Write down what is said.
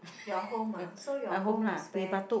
your home ah so your home is where